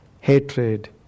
hatred